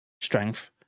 strength